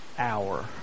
hour